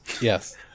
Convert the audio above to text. Yes